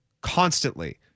constantly